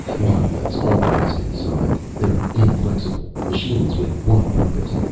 one lets all the rest inside. they're inflexible. machines with one purpose.